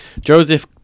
Joseph